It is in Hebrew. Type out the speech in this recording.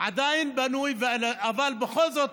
עדיין בנוי, אבל בכל זאת